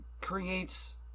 creates